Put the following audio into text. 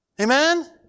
Amen